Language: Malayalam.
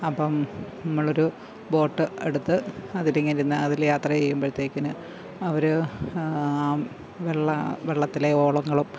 അപ്പോള് നമ്മളൊരു ബോട്ട് എടുത്ത് അതിലിങ്ങനിരുന്ന് അതിൽ യാത്ര ചെയ്യുമ്പഴത്തേക്കിന് അവര് വെള്ള വെള്ളത്തിലെ ഓളങ്ങളും